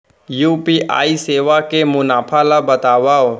UPI सेवा के मुनाफा ल बतावव?